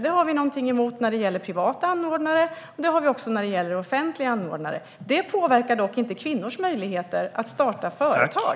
Det har vi någonting emot när det gäller privata anordnare, och det har vi också när det gäller offentliga anordnare. Det påverkar dock inte kvinnors möjligheter att starta företag.